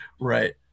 Right